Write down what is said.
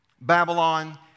Babylon